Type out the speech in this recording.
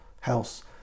house